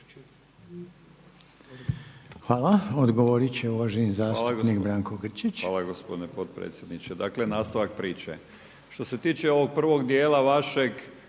Hvala. Odgovorit će uvaženi zastupnik Branko Brčić. **Grčić, Branko (SDP)** Hvala gospodine potpredsjedniče. Dakle nastavak priče. Što se tiče ovog prvog dijela vašeg,